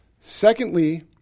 Secondly